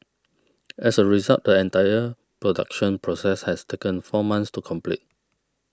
as a result the entire production process has taken four months to complete